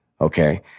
okay